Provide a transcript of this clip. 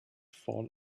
fall